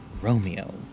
Romeo